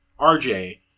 rj